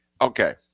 Okay